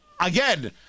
Again